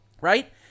right